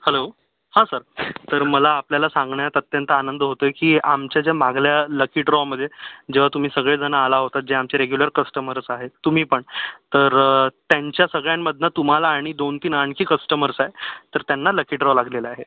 hello हां sir तर मला आपल्याला सांगण्यात अत्यंत आनंद होत आहे की आमच्या ज्या मागल्या लकी ड्रॉमध्ये जेव्हा तुम्ही सगळेजण आला होता जे आमचे रेग्युलर कस्टमरच आहे तुम्ही पण तर त्यांच्या सगळ्यांमधून तुम्हाला आणि दोन तीन आणखी कस्टमर्स आहे तर त्यांना लकी ड्रॉ लागलेला आहे